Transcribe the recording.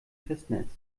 festnetz